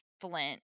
Flint